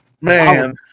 Man